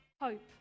hope